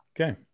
Okay